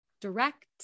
direct